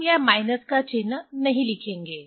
हम यह माइनस का चिन्ह नहीं लिखेंगे